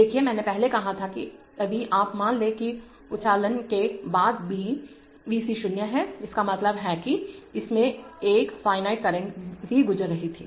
देखिए पहले मैंने कहा था कि यदि आप मान लें कि उछालन के बाद भी Vc 0 है इसका मतलब है कि इसमें से एक फाइनाइ करंट ही गुजर रही थी